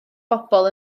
bobl